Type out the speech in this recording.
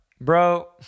Bro